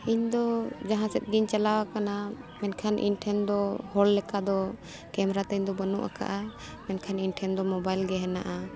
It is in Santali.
ᱤᱧᱫᱚ ᱡᱟᱦᱟᱸ ᱥᱮᱫ ᱜᱤᱧ ᱪᱟᱞᱟᱣ ᱟᱠᱟᱱᱟ ᱢᱮᱱᱠᱷᱟᱱ ᱤᱧᱴᱷᱮᱱ ᱫᱚ ᱦᱚᱲ ᱞᱮᱠᱟ ᱫᱚ ᱠᱮᱢᱮᱨᱟ ᱛᱤᱧᱫᱚ ᱵᱟᱹᱱᱩᱜ ᱟᱠᱟᱜᱼᱟ ᱢᱮᱱᱠᱷᱟᱱ ᱤᱧᱴᱷᱮᱱ ᱫᱚ ᱢᱚᱵᱟᱭᱤᱞᱜᱮ ᱦᱮᱱᱟᱜᱼᱟ